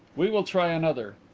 we will try another.